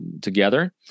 together